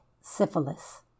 syphilis